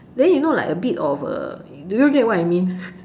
then you know like a bit of uh do you get what I mean